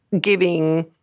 giving